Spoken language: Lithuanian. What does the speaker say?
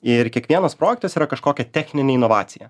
ir kiekvienas projektas yra kažkokia techninė inovacija